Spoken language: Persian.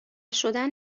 شدن